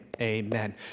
Amen